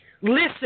listen